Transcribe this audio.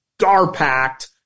star-packed